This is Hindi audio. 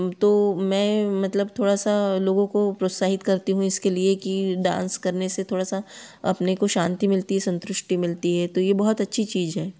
तो मैं मतलब थोड़ा सा लोगों को प्रोत्साहित करती हूँ इसके लिए कि डांस करने से थोड़ा सा अपने को शांति मिलती है संतुष्टि मिलती है तो ये बहुत अच्छी चीज है